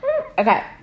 Okay